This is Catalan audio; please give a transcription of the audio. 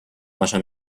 massa